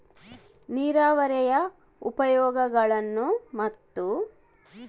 ನೇರಾವರಿಯ ಉಪಯೋಗಗಳನ್ನು ಮತ್ತು?